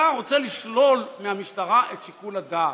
אתה רוצה לשלול מהמשטרה את שיקול הדעת,